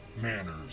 manners